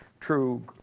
true